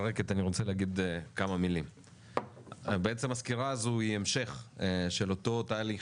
רוצה להגיד לך שגם הציבור החרדי הוא חלק מהחברה הישראלית ולכן